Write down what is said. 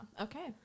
Okay